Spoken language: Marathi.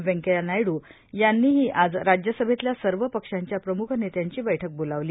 व्यंकय्या नायडू यांनीही आज राज्यसभेतल्या सर्व पक्षांच्या प्रम्ख नेत्यांची बैठक बोलावली